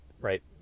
Right